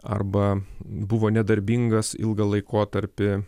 arba buvo nedarbingas ilgą laikotarpį